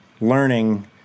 learning